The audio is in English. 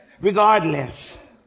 regardless